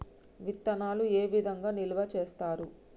విత్తనాలు ఏ విధంగా నిల్వ చేస్తారు?